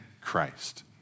Christ